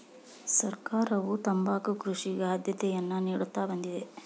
ಸರ್ಕಾರವು ತಂಬಾಕು ಕೃಷಿಗೆ ಆದ್ಯತೆಯನ್ನಾ ನಿಡುತ್ತಾ ಬಂದಿದೆ